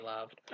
loved